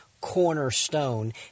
cornerstone